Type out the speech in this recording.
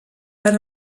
per